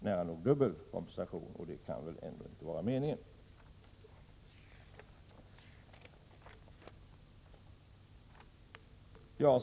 Av handlingarna framgår att detta är vad folkpartiet vill.